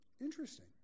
Interesting